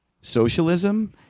socialism